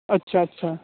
ਅੱਛਾ ਅੱਛਾ